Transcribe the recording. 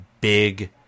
big